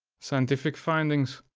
scientific findings.